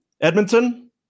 Edmonton